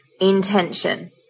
intention